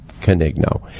conigno